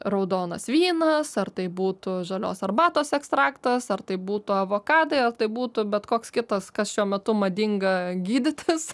raudonas vynas ar tai būtų žalios arbatos ekstraktas ar tai būtų avokadai ar tai būtų bet koks kitas kas šiuo metu madinga gydytis